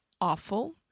awful